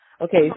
Okay